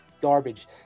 garbage